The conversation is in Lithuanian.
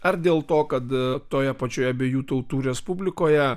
ar dėl to kad toje pačioje abiejų tautų respublikoje